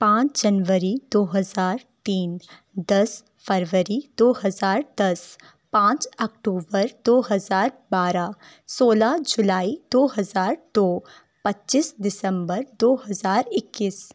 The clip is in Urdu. پانچ جنوری دو ہزار تین دس فروری دو ہزار دس پانچ اکتوبر دو ہزار بارہ سولہ جولائی دو ہزار دو پچیس دسمبر دو ہزار اکیس